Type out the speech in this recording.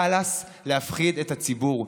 חלאס להפחיד את הציבור.